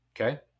Okay